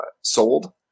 sold